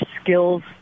skills